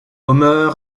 omer